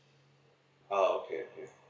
ah okay okay